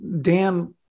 Dan